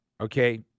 okay